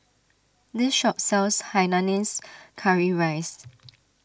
this shop sells Hainanese Curry Rice